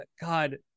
God